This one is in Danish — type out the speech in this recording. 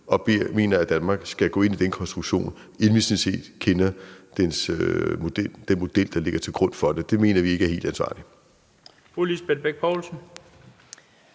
og mener, at Danmark skal gå ind i den konstruktion, inden vi sådan set kender den model, der ligger til grund for det. Det mener vi ikke er helt ansvarligt.